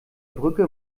brücke